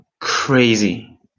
crazy